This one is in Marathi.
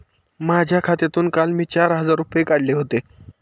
माझ्या खात्यातून काल मी चार हजार रुपये काढले होते